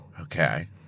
okay